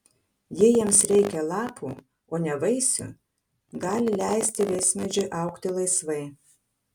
jei jiems reikia lapų o ne vaisių gali leisti vaismedžiui augti laisvai